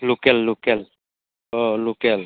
लकेल लकेल अ लकेल